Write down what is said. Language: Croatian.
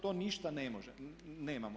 To ništa nemamo.